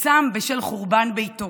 שצם בשל חורבן ביתו